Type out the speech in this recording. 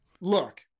look